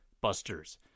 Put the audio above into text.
Busters